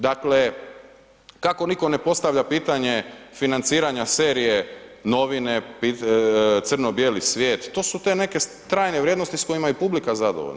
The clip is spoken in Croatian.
Dakle, kako nitko ne postavlja pitanje financiranja serije „Novine“, „Crno-bijeli svijet“, to su te neke trajne vrijednosti s kojima je i publika zadovoljna.